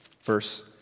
verse